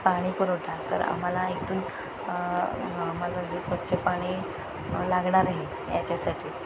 पाणी पुरवठा तर आम्हाला इथून आम्हाला स्वच्छ पाणी लागणार आहे याच्यासाठी